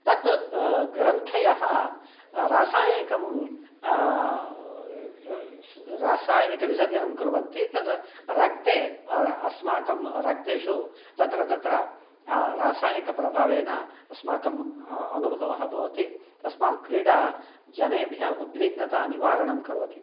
तत् ग्रन्थयः रासायनिकं रासायनिकविसर्जनङ्कुर्वन्ति तद् रक्ते अस्माकं रक्तेषु तत्र तत्र रासायनिकप्रभावेण अस्माकं अनुभवः भवति तस्मात् क्रीडा जनेभ्यः उद्विग्नतानिवारणं करोति